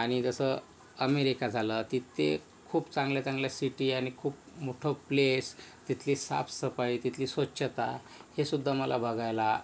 आणि जसं अमेरिका झालं तिथे खूप चांगल्या चांगल्या सिटी आणि खूप मोठं प्लेस तिथली साफसफाई तिथली स्वच्छता हे सुद्धा मला बघायला